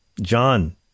John